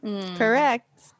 Correct